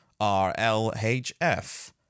RLHF